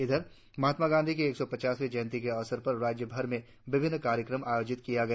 इधर महात्मा गांधी की एक सौ पचासवी जयंती के अवसर पर राज्यभर में विभिन्न कार्यक्रम आयोजित किया गया